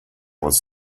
was